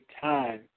time